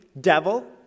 devil